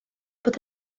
bod